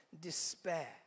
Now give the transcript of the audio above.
despair